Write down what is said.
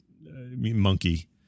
monkey